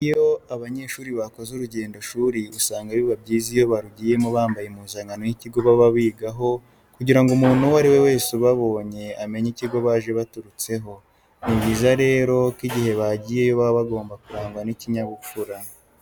Iyo abanyeshuri bakoze urugendoshuri usanga biba byiza iyo barugiyemo bambaye impuzankano y'ikigo baba bigaho kugira ngo umuntu uwo ari we wese ubabonye amenye ikigo baje baturutseho. Ni byiza rero ko igihe bagiyeyo baba bagomba kurangwa n'ikinyabupfura.